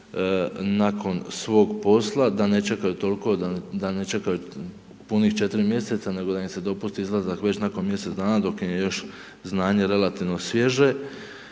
čekaju toliko da, da ne čekaju punih 4 mj., nego da im se dopusti izlazak već nakon mjesec dana dok je još znanje relativno sviježe,